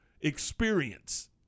experience